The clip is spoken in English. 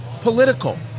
political